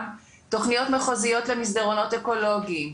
גם תכניות מחוזיות למסדרונות אקולוגיים.